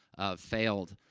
ah, failed.